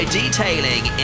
detailing